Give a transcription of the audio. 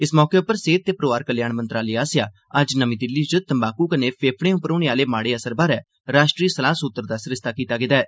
इस मौके उप्पर सेहत ते परिवार कल्याण मंत्रालय आस्सेआ अज्ज नमी दिल्ली च तंबाकू कन्नै फेफड़े उप्पर होने आह्ले माड़े असर बारै राष्ट्रीय सलाह सूत्तर दा सरिस्ता कीता गेदा ऐ